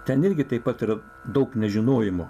ten irgi taip pat yra daug nežinojimo